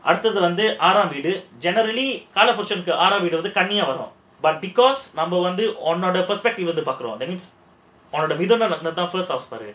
அடுத்தது வந்து ஆறாம் வீடு:aduthathu vandhu aaraam veedu generally கால புருஷனுக்கு ஆறாம் வீடு வந்து கன்னியா வரும்:kaala purushanukku aaram veedu vandhu kanniya varum but because number one பாரு:paru